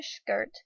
skirt